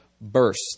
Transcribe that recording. burst